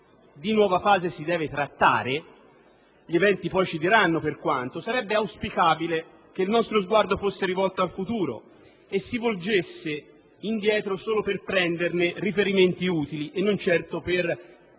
di nuova fase si deve trattare (gli eventi poi ci diranno per quanto), sarebbe auspicabile che il nostro sguardo fosse rivolto al futuro e si volgesse indietro solo per prenderne riferimenti utili e non certo per